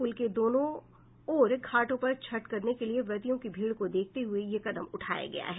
पुल के दोनों ओर घाटों पर छठ करने के लिए व्रतियों की भीड़ को देखते हुए यह कदम उठाया गया है